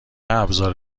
ابزار